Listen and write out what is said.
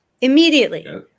immediately